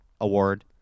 award